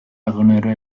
egunero